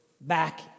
back